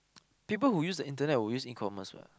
people who use internet will use E-commerce what